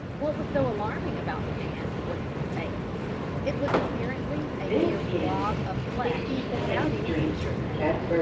what was so alarming about the man was his face it was apparently a mere blob of flesh without any features in it.